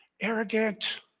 arrogant